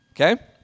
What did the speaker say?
okay